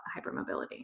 hypermobility